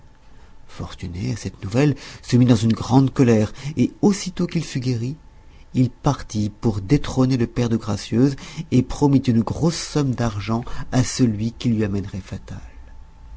fortuné à cette nouvelle se mit dans une grande colère et aussitôt qu'il fut guéri il partit pour détrôner le père de gracieuse et promit une grosse somme d'argent à celui qui lui amènerait fatal